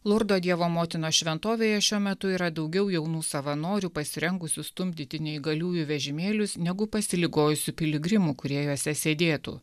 lurdo dievo motinos šventovėje šiuo metu yra daugiau jaunų savanorių pasirengusių stumdyti neįgaliųjų vežimėlius negu pasiligojusių piligrimų kurie juose sėdėtų